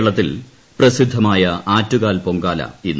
കേരളത്തിൽ പ്രസിദ്ധമായ ആറ്റുകാൽ പൊങ്കാല ഇന്ന്